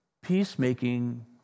peacemaking